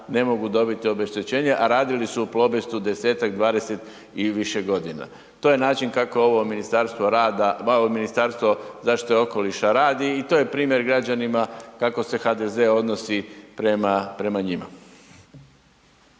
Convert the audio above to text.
ne mogu dobiti obeštećenje, a radili su u Plobestu 10-tak, 20 i više godina. To je način kako ovo Ministarstvo rada, Ministarstvo zaštite okoliša radi i to je primjer gađanima kako se HDZ odnosi prema njima.